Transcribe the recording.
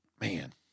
man